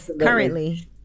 currently